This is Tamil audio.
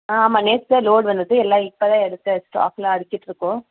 ஆ ஆமாம் நேற்றுதான் லோடு வந்திச்சு எல்லாம் இப்போதான் எடுத்து ஸ்டாக்கெலாம் அடிக்கிட்டுருக்கோம்